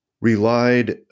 relied